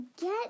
get